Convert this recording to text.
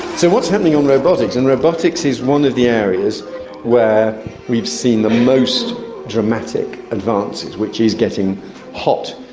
so what's happening on robotics? and robotics is one of the areas where we've seen the most dramatic advances which is getting hot.